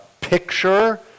picture